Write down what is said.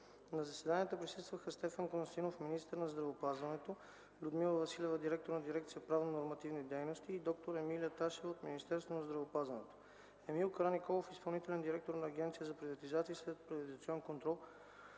На заседанията присъстваха Стефан Константинов – министър на здравеопазването, Людмила Василева – директор на дирекция „Правно-нормативна дейност” и доктор Емилия Ташева от Министерството на здравеопазването, Емил Караниколов – изпълнителен директор на Агенцията за приватизация и следприватизационен контрол.